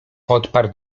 odparł